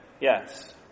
Yes